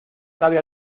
sabe